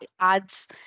adds